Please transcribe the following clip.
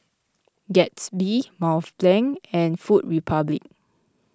Gatsby Mont Blanc and Food Republic